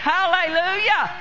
Hallelujah